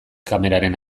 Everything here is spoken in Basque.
kameraren